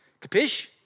capish